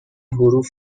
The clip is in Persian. حروف